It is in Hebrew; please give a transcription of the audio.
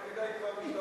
אבל כדאי כבר משלב הזה.